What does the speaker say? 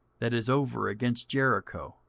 that is over against jericho.